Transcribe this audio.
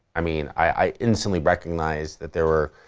i mean, i instantly recognised that there were,